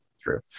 True